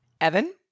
Evan